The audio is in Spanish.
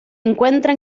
encuentra